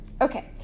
Okay